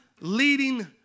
leading